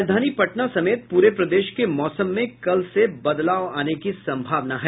राजधानी पटना समेत पूरे प्रदेश के मौसम में कल से बदलाव आने की संभावना है